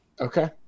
Okay